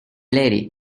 lady